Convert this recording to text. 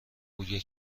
بوی